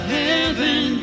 heaven